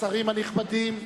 השרים הנכבדים,